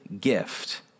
gift